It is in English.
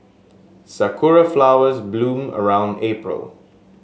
sakura flowers bloom around April